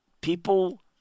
People